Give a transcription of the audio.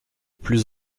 plus